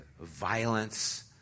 violence